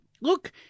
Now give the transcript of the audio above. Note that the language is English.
look